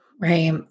Right